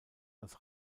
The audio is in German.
als